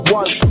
one